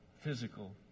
physical